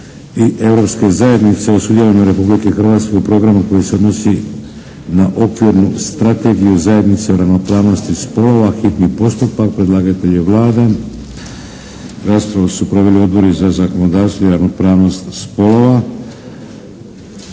i Europske zajednice o sudjelovanju Republike Hrvatske u programu koji se odnosi na okvirnu strategiju zajednice o ravnopravnosti spolova, hitni postupak, prvo i drugo čitanje, P.Z. br. 582. Predlagatelj je Vlada. Raspravu su proveli Odbori za zakonodavstvo i ravnopravnost spolova.